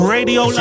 Radio